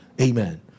Amen